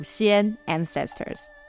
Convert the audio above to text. ancestors